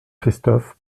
christophe